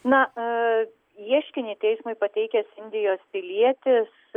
na a ieškinį teismui pateikęs indijos pilietis